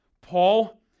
Paul